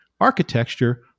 Architecture